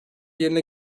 yerine